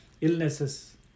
illnesses